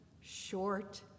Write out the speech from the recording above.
short